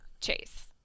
Chase